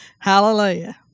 Hallelujah